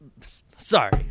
Sorry